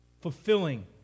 fulfilling